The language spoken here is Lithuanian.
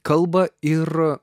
kalba ir